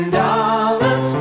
dollars